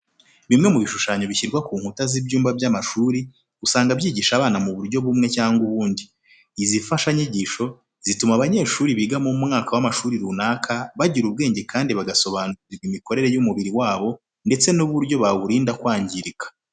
Bimwe mu bishushanyo bishyirwa ku nkuta z'ibyumba by'amashuri usanga byigisha abana mu buryo bumwe cyangwa se ubundi. Izi mfashanyigisho zituma abanyeshuri biga mu mwaka w'amashuri runaka bagira ubwenge kandi bagasobanukirwa imikorere y'umubiri wabo ndetse n'uburyo bawurinda kwangirika.